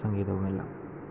സംഗീതവുമെല്ലാം